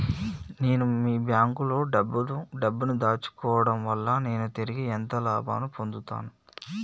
నేను మీ బ్యాంకులో డబ్బు ను దాచుకోవటం వల్ల నేను తిరిగి ఎంత లాభాలు పొందుతాను?